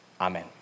Amen